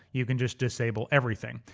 you can just disable everything.